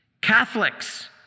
Catholics